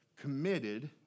committed